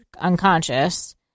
unconscious